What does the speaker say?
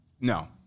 no